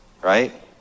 right